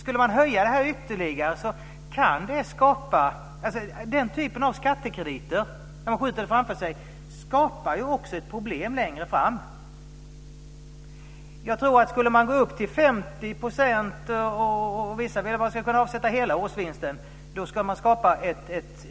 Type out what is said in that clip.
Denna typ av skattekrediter kan, speciellt om man höjer gränsen ytterligare, skapa ett problem längre fram. Skulle man gå upp till 50 %- eller om man skulle kunna avsätta hela årsvinsten, som vissa vill - så skulle man skapa ett